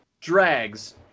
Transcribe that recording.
drags